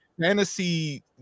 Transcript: fantasy